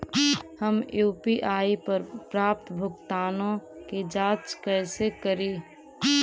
हम यु.पी.आई पर प्राप्त भुगतानों के जांच कैसे करी?